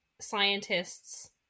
Scientists